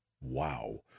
wow